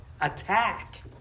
attack